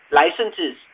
licenses